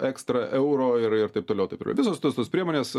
ekstra euro ir ir taip toliau taip yra visos tos priemonės